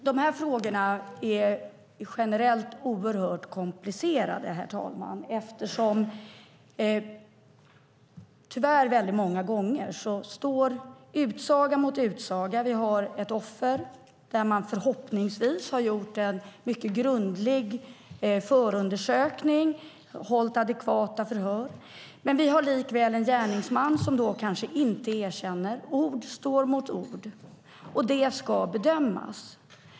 Herr talman! De här frågorna är generellt oerhört komplicerade eftersom, tyvärr, utsaga står mot utsaga många gånger. Vi har ett offer, och förmodligen har man gjort en mycket grundlig förundersökning och hållit adekvata förhör, men vi har likväl en gärningsman som kanske inte erkänner. Ord står mot ord, och det ska bedömas.